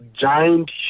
giant